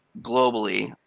globally